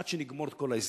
עד שנגמור את כל ההסדר,